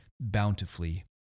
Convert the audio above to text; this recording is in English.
bountifully